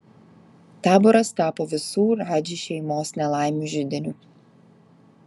taboras tapo visų radži šeimos nelaimių židiniu